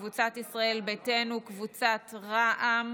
של קבוצת סיעת ישראל ביתנו ושל קבוצת סיעת רע"מ.